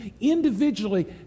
individually